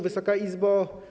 Wysoka Izbo!